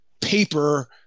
paper